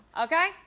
okay